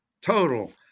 total